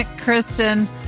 Kristen